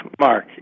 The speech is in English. Mark